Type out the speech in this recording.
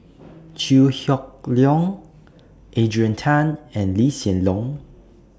Chew Hock Leong Adrian Tan and Lee Hsien Loong